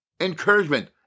encouragement